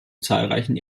zahlreichen